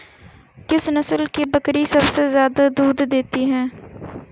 किस नस्ल की बकरी सबसे ज्यादा दूध देती है?